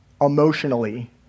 emotionally